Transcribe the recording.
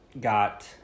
got